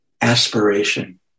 aspiration